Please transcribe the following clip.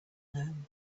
known